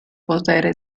potere